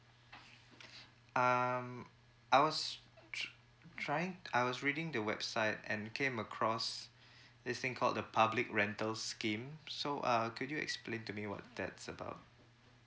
um I was t~ trying I was reading the website and came across this thing called the public rental scheme so uh could you explain to me what that's about